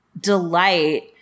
delight